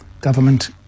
government